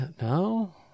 No